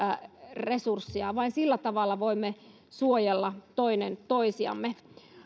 resursseja vain sillä tavalla voimme suojella toinen toisiamme